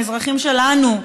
האזרחים שלנו,